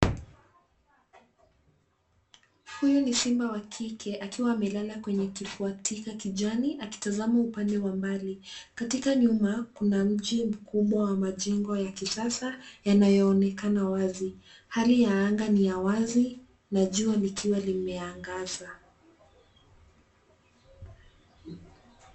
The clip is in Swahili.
Huyu ni simba wa kike akiwa amelala kwenye kifuatika kijani, akitazama upande wa mbali. Katika nyuma kuna mji mkubwa wa majengo ya kisasa, yanayo onekana wazi. Hali ya anga ni ya wazi na jua likiwa limeangaza.